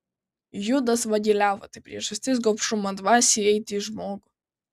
judas vagiliavo tai priežastis gobšumo dvasiai įeiti į žmogų